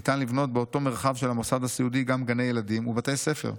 ניתן לבנות באותו מרחב של המוסד הסיעודי גם גני ילדים ובתי ספר.